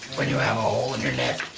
hole in your neck,